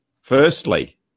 firstly